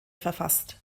verfasst